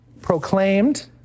proclaimed